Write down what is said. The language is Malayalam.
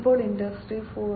ഇപ്പോൾ ഇൻഡസ്ട്രി 4